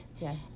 yes